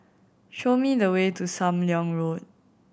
show me the way to Sam Leong Road